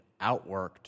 outworked